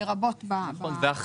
מה